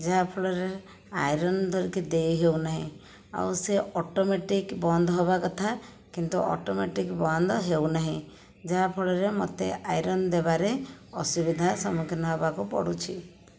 ଯାହାଫଳରେ ଆଇରନ୍ ଧରିକି ଦେଇ ହେଉ ନାହିଁ ଆଉ ସେ ଅଟୋମମେଟିକ୍ ବନ୍ଦ ହେବା କଥା କିନ୍ତୁ ଅଟୋମମେଟିକ୍ ବନ୍ଦ ହେଉ ନାହିଁ ଯାହାଫଳରେ ମୋତେ ଆଇରନ୍ ଦେବାରେ ଅସୁବିଧାର ସମ୍ମୁଖୀନ ହେବାକୁ ପଡ଼ୁଛି